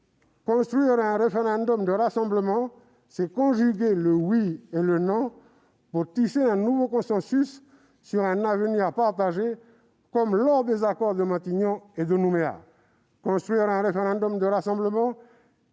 Construire un référendum de rassemblement, c'est conjuguer le oui et le non pour tisser un nouveau consensus sur un avenir partagé, comme lors des accords de Matignon et de Nouméa. Construire un référendum de rassemblement,